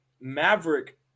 maverick